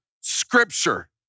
scripture